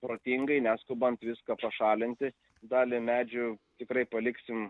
protingai neskubant viską pašalinti dalį medžių tikrai paliksim